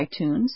iTunes